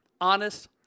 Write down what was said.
honest